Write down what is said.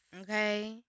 Okay